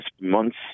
months